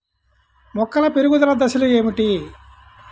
మొక్కల పెరుగుదల దశలు ఏమిటి?